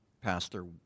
pastor